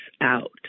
out